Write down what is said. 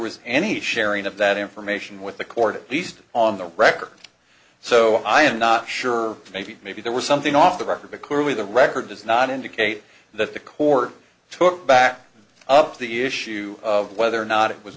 was any sharing of that information with the court at least on the record so i am not sure maybe maybe there was something off the record to clearly the record does not indicate that the court took back up the issue of whether or not it was